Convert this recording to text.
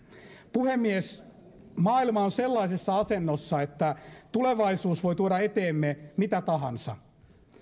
puhemies maailma on sellaisessa asennossa että tulevaisuus voi tuoda eteemme mitä tahansa